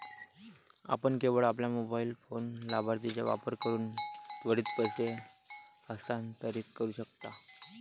आपण केवळ आपल्या मोबाइल फोन लाभार्थीचा वापर करून त्वरित पैसे हस्तांतरित करू शकता